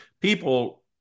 people